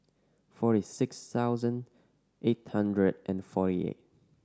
forty six thousand eight hundred and forty eight